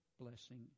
blessing